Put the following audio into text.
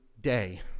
day